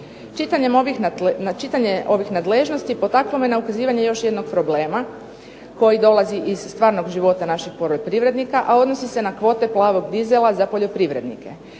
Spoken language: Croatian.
Čitanje ovih nadležnosti potaknulo me na ukazivanje još jednog problema koji dolazi iz stvarnog života naših poljoprivrednika a odnosi se na kvote plavog dizela za poljoprivrednike.